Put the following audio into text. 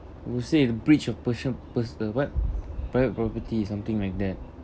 will say the breach of persia~ pers~ what private property something like that